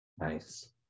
nice